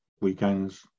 weekends